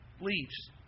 leaves